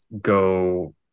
go